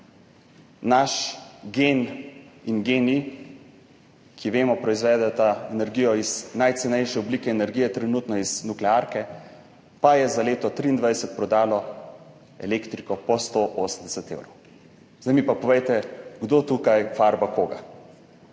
naš GEN in GEN-I, ki vemo, da proizvedeta energijo iz najcenejše oblike energije, trenutno iz nuklearke, pa sta za leto 2023 prodala elektriko po 180 evrov. Zdaj mi pa povejte, kdo tukaj farba koga?